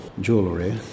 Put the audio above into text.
jewellery